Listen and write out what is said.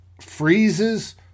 freezes –